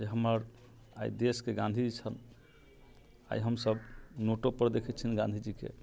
जे हमर आइ देशके गान्धी जे छथि आइ हमसब नोटोपर देखै छियनि गान्धी जीके